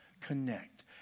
connect